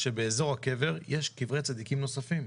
שבאזור הקבר יש קברי צדיקים נוספים,